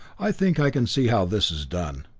i think i can see how this is done.